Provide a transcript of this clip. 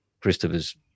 christopher's